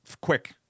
quick